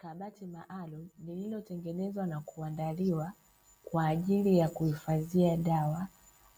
Kabati maalumu lililotengenezwa na kuandaliwa kwa ajili ya kuhifadhia dawa,